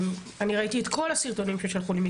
אני ראיתי את כל הסרטונים ששלחו לי,